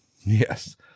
Yes